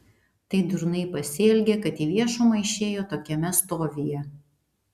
tai durnai pasielgė kad į viešumą išėjo tokiame stovyje